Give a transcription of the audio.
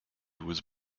was